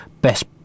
Best